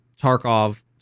Tarkov